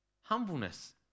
humbleness